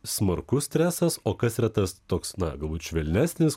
smarkus stresas o kas yra tas toks na galbūt švelnesnis